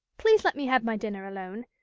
please let me have my dinner alone.